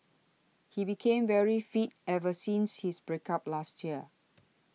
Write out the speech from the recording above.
he became very fit ever since his break up last year